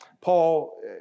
Paul